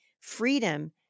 Freedom